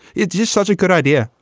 it's just such a good idea.